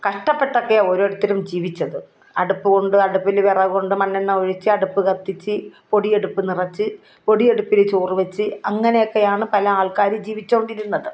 കഷ്ടപ്പെട്ടൊക്കെയാണ് ഓരോരുത്തരും ജീവിച്ചത് അടുപ്പുകൊണ്ട് അടുപ്പിൽ വിറകുകൊണ്ട് മണ്ണെണ്ണ ഒഴിച്ച് അടുപ്പ് കത്തിച്ച് പൊടിയടുപ്പ് നിറച്ച് പൊടിയടുപ്പിൽ ചോറ് വച്ച് അങ്ങനെയൊക്കെയാണ് പല ആൾക്കാർ ജീവിച്ചുകൊണ്ടിരുന്നത്